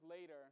later